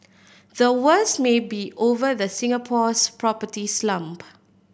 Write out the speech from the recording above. the worst may be over the Singapore's property slump